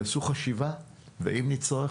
תעשו חשיבה ואם נצטרך,